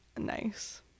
nice